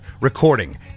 recording